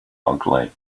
ugly